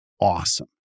awesome